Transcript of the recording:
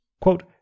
quote